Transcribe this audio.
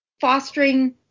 fostering